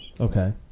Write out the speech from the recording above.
Okay